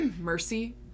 mercy